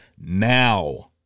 now